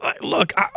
Look